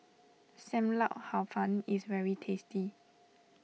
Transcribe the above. Sam Lau Hor Fun is very tasty